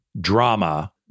drama